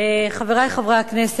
חברי חברי הכנסת,